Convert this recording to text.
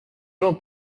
jean